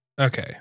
Okay